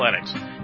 Athletics